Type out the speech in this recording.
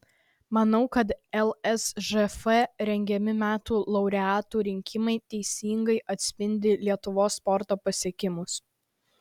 manau kad lsžf rengiami metų laureatų rinkimai teisingai atspindi lietuvos sporto pasiekimus